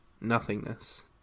nothingness